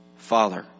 father